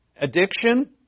addiction